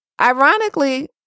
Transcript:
Ironically